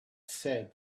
said